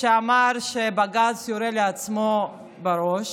שאמר שבג"ץ יורה לעצמו בראש